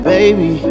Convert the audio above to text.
Baby